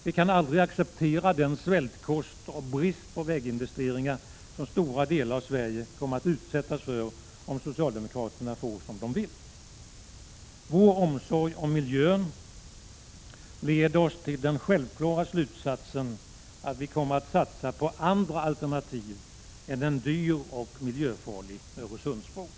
Vi kan aldrig acceptera den svältkost och brist på väginvesteringar som stora delar av Sverige kommer att utsättas för om socialdemokraterna får som de vill. Vår omsorg om miljön leder oss till den självklara slutsatsen att vi kommer att satsa på andra alternativ än en dyr och miljöfarlig Öresundsbro.